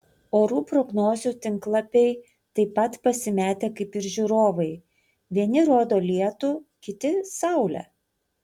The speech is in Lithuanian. orų prognozių tinklapiai taip pat pasimetę kaip ir žiūrovai vieni rodo lietų kiti saulę